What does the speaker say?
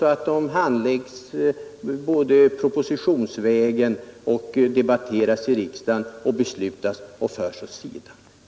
regler; man handlägger dem propositionsvägen, man debatterar dem i riksdagen och man beslutar att föra dem åt sidan.